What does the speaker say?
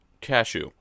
Cashew